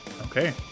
okay